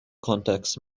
contacts